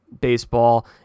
baseball